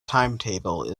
timetable